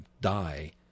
die